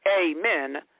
amen